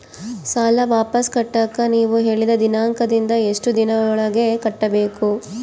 ಸಾಲ ವಾಪಸ್ ಕಟ್ಟಕ ನೇವು ಹೇಳಿದ ದಿನಾಂಕದಿಂದ ಎಷ್ಟು ದಿನದೊಳಗ ಕಟ್ಟಬೇಕು?